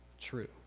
true